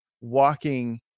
walking